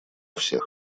всех